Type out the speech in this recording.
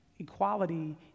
Equality